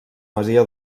masia